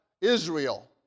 Israel